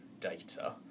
data